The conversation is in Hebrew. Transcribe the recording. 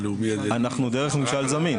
אנחנו דרך ממשל זמין, כן.